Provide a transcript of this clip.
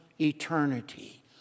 eternity